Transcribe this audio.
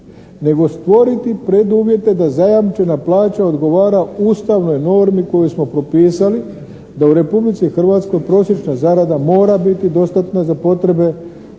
nego stvoriti preduvjete da zajamčena plaća odgovara ustavnoj normi koju smo propisali da u Republici Hrvatskoj prosječna zarada mora biti dostatna za potrebe